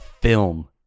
film